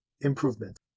improvement